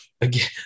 Again